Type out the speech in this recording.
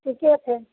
ठीके छै